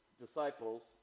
disciples